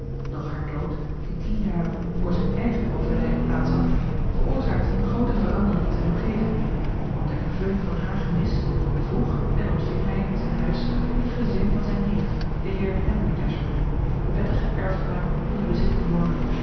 doch haar dood die tien jaren voor zijn eigen overlijden plaats had veroorzaakte een groote verandering in zijn omgeving want ter vervulling van haar gemis vroeg en ontving hij in zijn huis het gezin van zijn neef den heer henry dashwood den wettigen erfgenaam van de bezitting norland